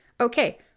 okay